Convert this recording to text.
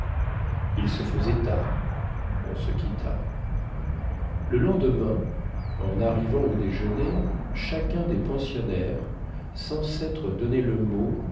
il se faisait tard on se quitta le lendemain en arrivant au déjeuner chacun des pensionnaires sans sêtre donné le mot